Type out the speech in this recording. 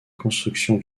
construction